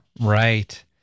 right